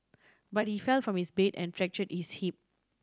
but he fell from his bed and fracture his hip